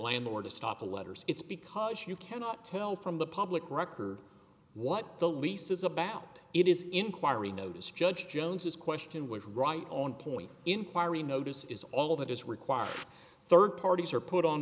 land or to stop the letters it's because you cannot tell from the public record what the least is about it is inquiry notice judge jones is question was right on point inquiry notice is all that is required third parties are put on